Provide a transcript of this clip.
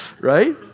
Right